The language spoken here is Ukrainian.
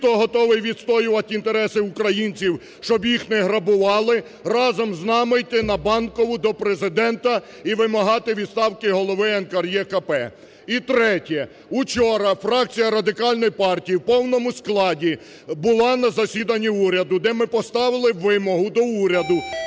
хто готовий відстоювати інтереси українців, щоб їх не грабували разом з нами йти на Банкову до Президента і вимагати відставки голови НКРЕКП. І третє. Вчора фракція Радикальної партії в повному складі була на засіданні уряду, де ми поставили вимогу до уряду